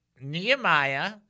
Nehemiah